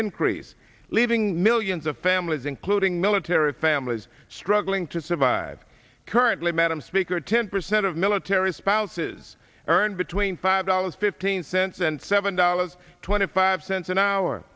increase leaving millions of families including military families struggling to survive currently madam speaker ten percent of military spouses earn between five dollars fifteen cents and seven dollars twenty five cents an hour